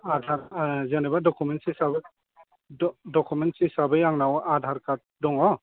आधार जेनोबा डखुमेन्ट्स हिसाबै आंनाव आधार कार्ड दङ